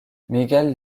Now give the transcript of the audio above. miguel